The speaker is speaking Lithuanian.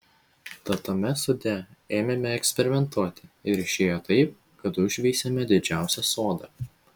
tad tame sode ėmėme eksperimentuoti ir išėjo taip kad užveisėme didžiausią sodą